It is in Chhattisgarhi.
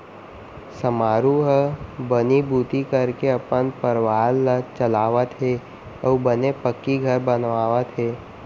समारू ह बनीभूती करके अपन परवार ल चलावत हे अउ बने पक्की घर बनवावत हे